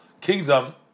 kingdom